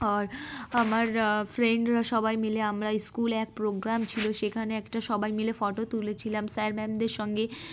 আর আমার ফ্রেন্ডরা সবাই মিলে আমরা স্কুলে এক প্রোগ্রাম ছিল সেখানে একটা সবাই মিলে ফটো তুলেছিলাম স্যার ম্যামদের সঙ্গে